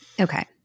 Okay